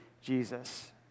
Jesus